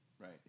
Right